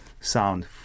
sound